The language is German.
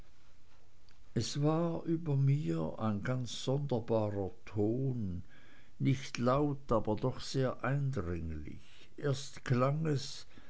es war über mir ein ganz sonderbarer ton nicht laut aber doch sehr eindringlich erst klang es